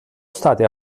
state